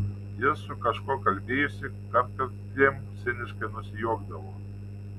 ji su kažkuo kalbėjosi kartkartėm ciniškai nusijuokdavo